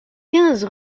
quinze